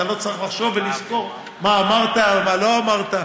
אתה לא צריך לחשוב ולזכור מה אמרת ומה לא אמרת.